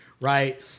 Right